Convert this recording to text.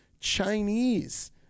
Chinese